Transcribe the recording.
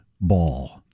ball